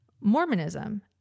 Mormonism